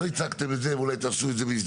לא הצגתם את זה, ואולי תעשו את זה בהזדמנות.